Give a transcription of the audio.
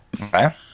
Okay